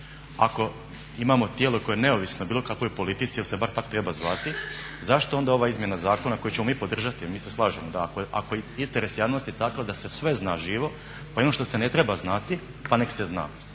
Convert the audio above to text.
ako imamo tijelo koje je neovisno bilo kakvoj politici jer se bar tak treba zvati, zašto onda ova izmjena zakona koju ćemo mi podržati, mi se slažemo. Ako je interes javnosti takav da se sve zna živo, pa i ono što se ne treba znati pa nek se zna